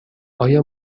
ایا